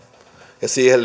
ja siihen